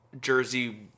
Jersey